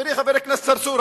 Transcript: חברי חבר הכנסת צרצור,